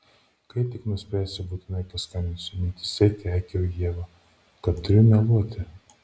kai tik nuspręsiu būtinai paskambinsiu mintyse keikiau ievą kad turiu meluoti